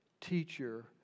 teacher